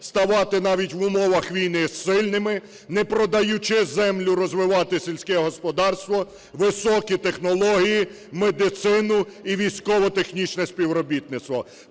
ставати навіть в умовах війни сильними, не продаючи землю, розвивати сільське господарство, високі технології, медицину і військово-технічне співробітництво.